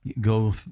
go